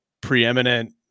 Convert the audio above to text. preeminent